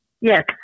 Yes